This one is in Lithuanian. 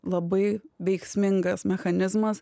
labai veiksmingas mechanizmas